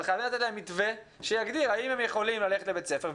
אבל חייבים לתת להם מתווה שיגדיר האם הם יכולים ללכת לבית ספר,